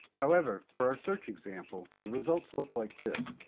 however, for our search example the results look like this.